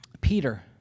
Peter